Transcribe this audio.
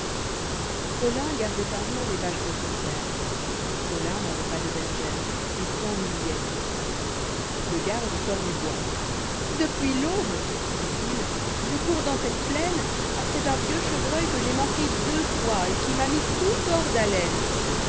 olih gardoit un jour les vaches de son père colin n'avoit pas de bergère et s'ennuyoit tout seul le garde sort du bois depuis l'aube dit-il je cours dans cette plaine après un vieux chevreuil que j'ai manqué deux fois et qui m'a mis tout hors d'haleine